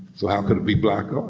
so how could it be black? ah